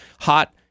hot